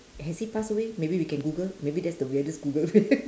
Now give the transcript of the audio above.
has he passed away maybe we can google maybe that's the weirdest google